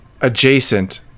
adjacent